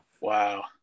Wow